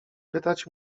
pytać